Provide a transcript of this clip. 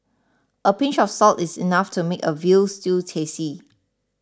a pinch of salt is enough to make a Veal Stew tasty